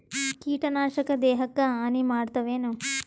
ಕೀಟನಾಶಕ ದೇಹಕ್ಕ ಹಾನಿ ಮಾಡತವೇನು?